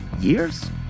Years